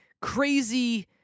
crazy